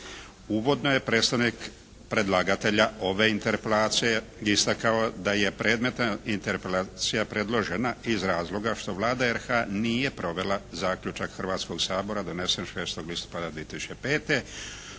Uvodno je predstavnik predlagatelja ove interpelacije da je predmetna interpelacija predložena iz razloga što Vlada RH nije provela zaključak Hrvatskog sabora donesen 6. listopada 2005.